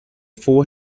four